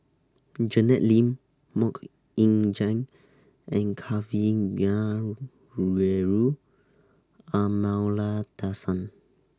Janet Lim Mok Ying Jang and Kavignareru Amallathasan